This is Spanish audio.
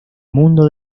mundo